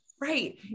right